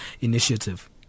initiative